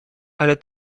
ale